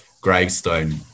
gravestone